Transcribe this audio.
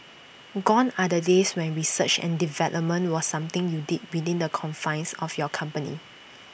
gone are the days when research and development was something you did within the confines of your company